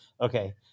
Okay